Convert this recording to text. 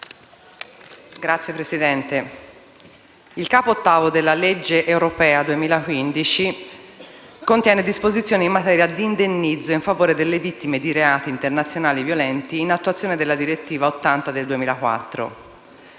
*(Misto-Idv)*. Il capo VIII della legge europea 2015 contiene disposizioni in materia di indennizzo in favore delle vittime di reati intenzionali violenti in attuazione della direttiva n. 80 del 2004.